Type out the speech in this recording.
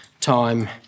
time